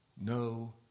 No